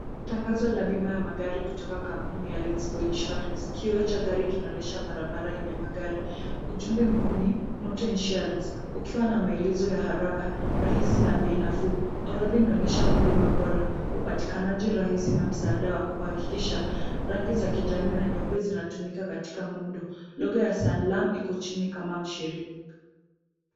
Tangazo la bima ya magari kutoka kampuni ya LetsGo Insurance ,kioo cha gari kinaonyesha barabara yenye magari, ujumbe mkuu ni motor insurance, ukiwa na maelezo ya haraka, rahisi na bei nafuu, orodha inaonyesha huduma bora, upatikanaji rahisi na msaada wa kuhakikisha, rangi za kijani na nyeupe zinatumika katika muundo, logo ya Sanlam iko chini kama mshirika.